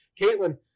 Caitlin